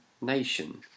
Nation